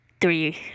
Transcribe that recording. three